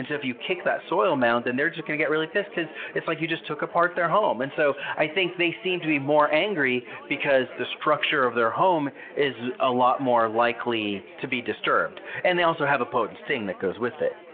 if you kick that soil mound, then they're just going to get really pissed because it's like you just took apart their home. and so i think they seem to be more angry because the structure of their home is a lot more likely to be disturbed. and they also have a potent sting that goes with it.